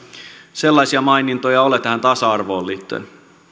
sellaisia mainintoja ole tähän tasa arvoon liittyen